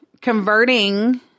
converting